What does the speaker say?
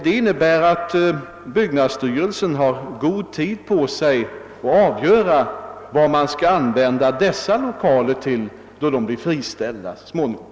Det betyder att byggnadsstyrelsen har god tid på sig att avgöra vad Bispgårdens lokaler skall användas till då de så småningom blir friställda.